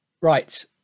Right